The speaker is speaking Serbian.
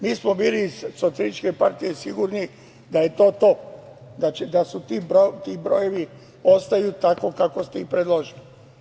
Mi smo bili iz SPS sigurni da je to to, da ti brojevi ostaju tako kako ste ih predložili.